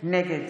נגד